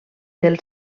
del